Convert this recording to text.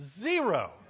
Zero